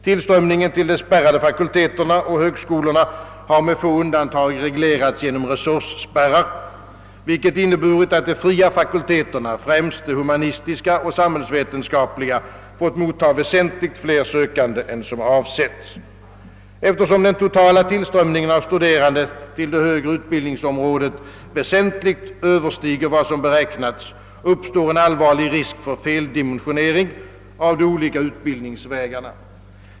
Tillströmningen till de spärrade fakulteterna och högskolorna har med få undantag reglerats genom resursspärrar, vilket inneburit, att de fria fakulteterna — främst de humanistiska och samhällsvetenskapliga — fått motta väsenligt fler sökande än som avsetts. Eftersom den totala tillströmningen av studerande till det högre utbildningsområdet väsentligt överstiger vad som beräknats, uppstår en allvarlig risk för feldimensionering av de olika utbildningsvägarna.